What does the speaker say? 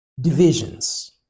divisions